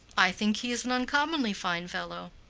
i think he is an uncommonly fine fellow.